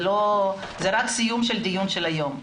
זה רק סיום של הדיון היום.